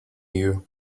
you